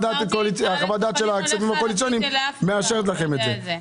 הדעת של ההסכמים הקואליציוניים מאשרת לכם את זה.